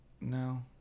no